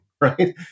right